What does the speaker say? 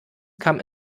come